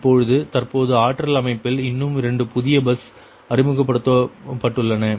இப்பொழுது தற்போது ஆற்றல் அமைப்பில் இன்னும் 2 புதிய பஸ் அறிமுகப்படுத்தப்பட்டுள்ளன